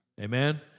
Amen